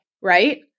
right